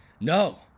No